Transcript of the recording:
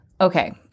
Okay